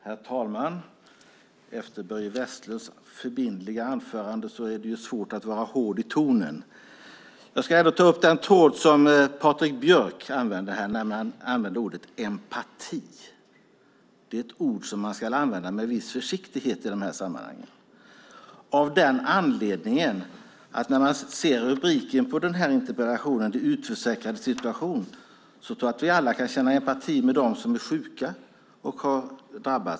Herr talman! Efter Börje Vestlunds förbindliga anförande är det svårt att vara hård i tonen. Jag ska ändå ta upp den tråd som Patrik Björck använde när han använde ordet empati. Det är ett ord man ska använda med viss försiktighet i de här sammanhangen. När man ser rubriken på interpellationen, De utförsäkrades situation , tror jag att vi alla kan känna empati med dem som är sjuka.